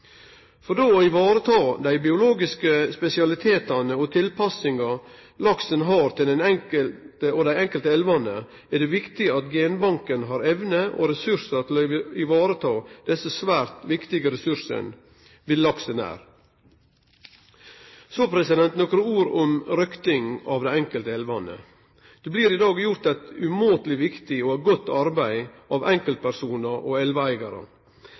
For då å vareta dei biologiske spesialitetane og tilpassinga laksen har til dei enkelte elvane, er det viktig at genbanken har evne og ressursar til å vareta den svært viktige ressursen villaksen er. Så nokre ord om røkting av dei enkelte elvane. Det blir i dag gjort eit umåteleg viktig og godt arbeid av enkeltpersonar og elveeigarar.